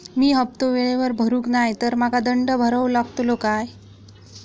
मी हफ्ता वेळेवर भरला नाही तर मला दंड भरावा लागेल का?